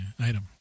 Item